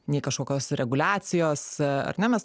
nei kažkokios reguliacijos ar ne mes